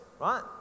right